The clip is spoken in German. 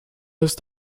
ist